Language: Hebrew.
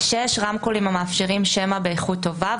רמקולים המאפשרים שמע באיכות טובה,